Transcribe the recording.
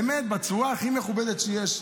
באמת בצורה הכי מכובדת שיש.